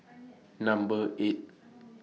Number eight